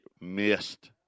missed